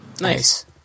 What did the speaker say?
Nice